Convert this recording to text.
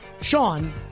Sean